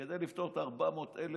כדי לפתור את 400,000